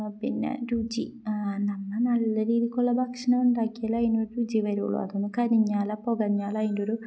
പിന്നെ രുചി നമ്മൾ നല്ല രീതിക്കുള്ള ഭക്ഷണം ഉണ്ടാക്കിയാൽ അതിനൊരു രുചി വരികയുള്ളൂ അതൊന്ന് കരിഞ്ഞാൽ പുകഞ്ഞാൽ അയിൻ്റെ ഒരു